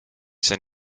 see